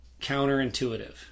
counterintuitive